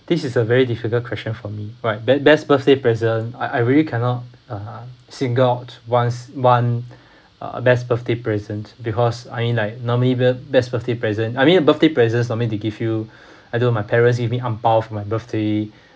this is a very difficult question for me right best best birthday present I I really cannot uh single out once one uh best birthday present because I mean like normally be~ best birthday present I mean birthday presents normally they give you I don't know my parents gave me ang pao for my birthday